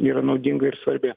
yra naudinga ir svarbi